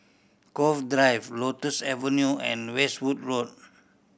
Cove Drive Lotus Avenue and Westwood Road